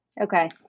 Okay